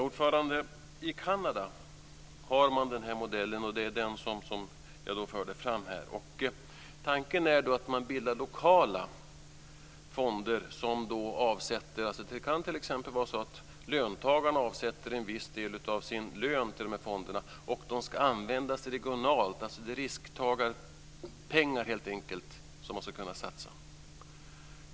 Fru talman! I Kanada har man den modell som jag förde fram här. Tanken är att man bildar lokala fonder dit t.ex. löntagarna avsätter en viss del av sin lön, och fonderna ska användas regionalt. Det rör sig helt enkelt om risktagarpengar som man ska kunna satsa.